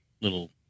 little